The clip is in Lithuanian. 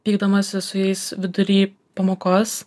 pykdamasi su jais vidury pamokos